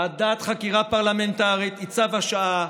ועדת חקירה פרלמנטרית היא צו השעה.